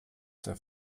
der